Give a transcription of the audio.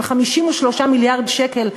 של 53 מיליארד שקל,